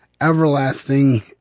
everlasting